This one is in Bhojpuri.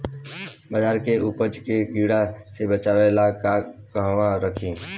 बाजरा के उपज के कीड़ा से बचाव ला कहवा रखीं?